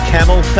Camel